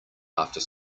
after